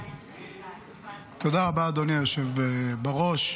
תודה רבה, אדוני היושב-ראש.